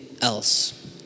else